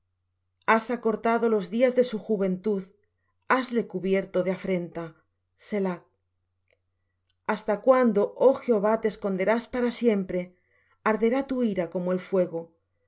has acortado los días de su juventud hasle cubierto de afrenta selah hasta cuándo oh jehová te esconderás para siempre arderá tu ira como el fuego